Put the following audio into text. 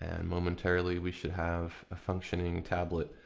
and momentarily we should have functioning tablet.